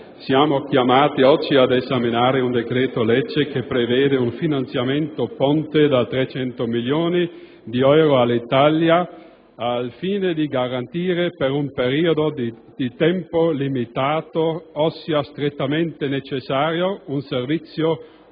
siamo chiamati ad esaminare un decreto-legge che prevede un finanziamento ponte da 300 milioni di euro ad Alitalia al fine di garantire, per un periodo di tempo limitato ossia strettamente necessario, un servizio